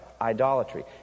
idolatry